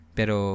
Pero